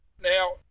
Now